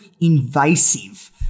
invasive